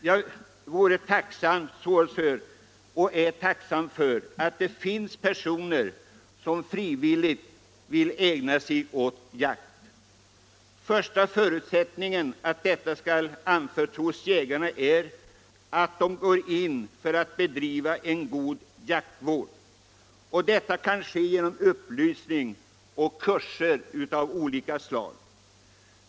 Jag är tacksam för att det finns personer som frivilligt vill ägna sig åt jakt. Den första förutsättningen för att den skall anförtros jägarna är att dessa går in för att bedriva en god jaktvård. Det kan uppnås genom upplysning och kurser av olika slag.